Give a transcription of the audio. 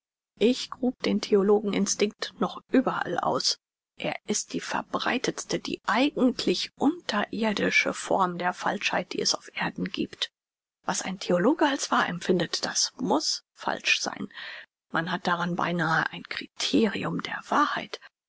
ich grub den theologen instinkt noch überall aus er ist die verbreitetste die eigentlich unterirdische form der falschheit die es auf erden giebt was ein theologe als wahr empfindet daß muß falsch sein man hat daran beinahe ein kriterium der wahrheit